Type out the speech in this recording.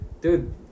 Dude